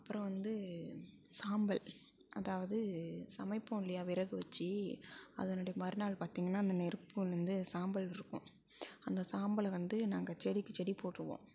அப்புறம் வந்து சாம்பல் அதாவது சமைப்போம் இல்லையா விறகு வச்சி அதனுடைய மறுநாள் பார்த்திங்கனா அந்த நெருப்பு விழுந்து சாம்பல் இருக்கும் அந்த சாம்பலை வந்து நாங்கள் செரிக்கு செடி போட்டுருவோம்